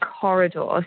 corridor